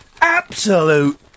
absolute